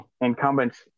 incumbent's